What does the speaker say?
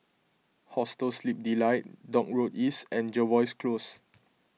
Hostel Sleep Delight Dock Road East and Jervois Close